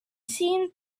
seen